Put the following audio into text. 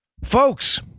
Folks